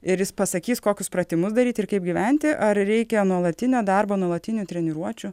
ir jis pasakys kokius pratimus daryti ir kaip gyventi ar reikia nuolatinio darbo nuolatinių treniruočių